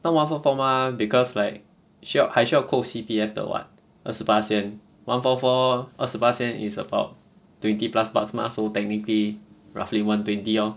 not one four four mah because like 需要还需要扣 C_P_F 的 [what] 二十巴仙 one four four 二十巴仙 is about twenty plus plus mah so technically roughly one twenty lor